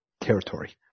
territory